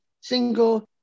single